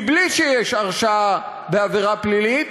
בלי שיש הרשעה בעבירה פלילית,